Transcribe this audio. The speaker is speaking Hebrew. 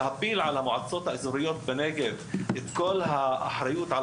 להפיל על המועצות האזוריות בנגב את האחריות על